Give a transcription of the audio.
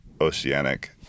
oceanic